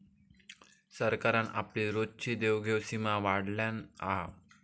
सरकारान आपली रोजची देवघेव सीमा वाढयल्यान हा